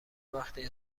وقتی